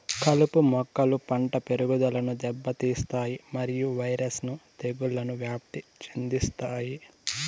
కలుపు మొక్కలు పంట పెరుగుదలను దెబ్బతీస్తాయి మరియు వైరస్ ను తెగుళ్లను వ్యాప్తి చెందిస్తాయి